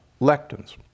lectins